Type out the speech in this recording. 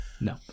no